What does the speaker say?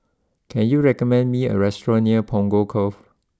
can you recommend me a restaurant near Punggol Cove